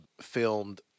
filmed